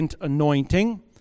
anointing